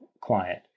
client